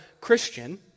Christian